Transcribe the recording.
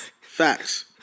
Facts